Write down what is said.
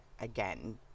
again